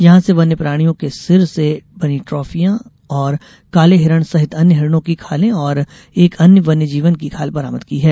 यहां से वन्य प्राणियों के सीर से बनी ट्राफियां और काले हिरण सहित अन्य हिरणों की खाले और एक अन्य वन्य जीव की खाल बरामद की है